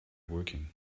working